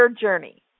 journey